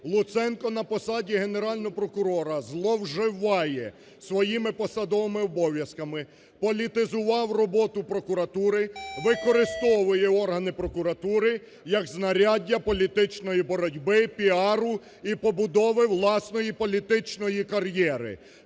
Луценко на посаді Генерального прокурора зловживає своїми посадовими обов'язками, політизував роботу прокуратури, використовує органи прокуратури, як знаряддя політичної боротьби, піару і побудови власної політичної кар'єри!